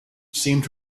seemed